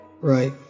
Right